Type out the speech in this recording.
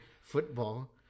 football